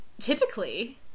typically